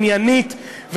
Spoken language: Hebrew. עניינית,